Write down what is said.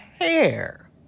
hair